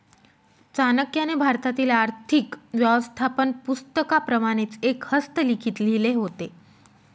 चाणक्याने भारतातील आर्थिक व्यवस्थापन पुस्तकाप्रमाणेच एक हस्तलिखित लिहिले होते